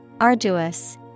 arduous